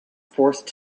forced